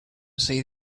see